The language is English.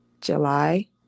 July